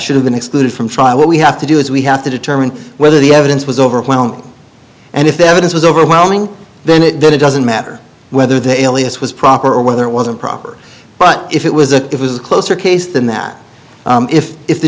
should have been excluded from trial what we have to do is we have to determine whether the evidence was overwhelming and if the evidence was overwhelming then it did it doesn't matter whether the alias was proper or whether it was improper but if it was a it was a closer case than that if if the